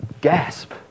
gasp